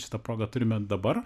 šitą progą turime dabar